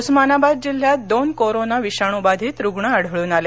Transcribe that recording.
उस्मानाबाद जिल्ह्यात दोन कोरोना विषाणू बाधित रुग्ण आढळून आले